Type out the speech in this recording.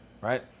right